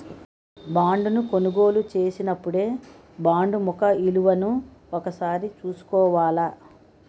బాండును కొనుగోలు చేసినపుడే బాండు ముఖ విలువను ఒకసారి చూసుకోవాల